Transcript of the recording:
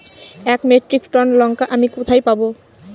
এক metric tonne লঙ্কা আমি কোথায় পাবো?